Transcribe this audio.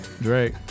Drake